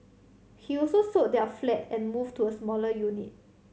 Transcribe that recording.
he also sold their flat and move to a smaller unit